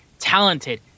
Talented